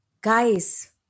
guys